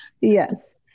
Yes